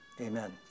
Amen